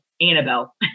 Annabelle